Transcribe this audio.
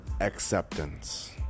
acceptance